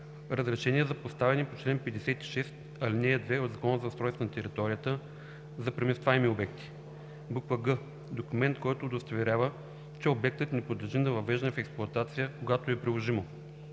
разрешение за поставяне по чл. 56, ал. 2 от Закона за устройство на територията – за преместваемите обекти. г) документ, който удостоверява, че обектът не подлежи на въвеждане в експлоатация – когато е приложимо.